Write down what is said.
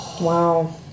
wow